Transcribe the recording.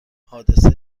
حادثه